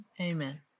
Amen